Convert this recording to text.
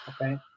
okay